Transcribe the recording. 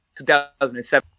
2007